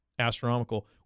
astronomical